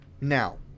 Now